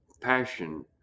passion